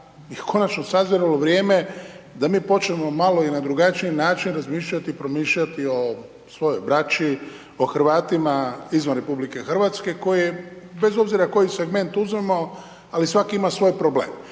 konačno sazrelo vrijeme da mi počnemo malo i na drugačiji način razmišljati i promišljati o svojoj braći, o Hrvatima izvan RH koji bez obzira koji segment uzmemo ali svaki ima svoj problem.